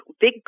big